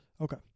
Okay